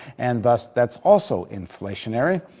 and thus that's also inflationary.